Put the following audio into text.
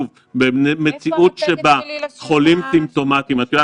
אנחנו לא